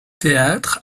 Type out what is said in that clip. théâtre